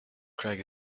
craig